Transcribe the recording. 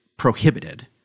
prohibited